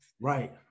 Right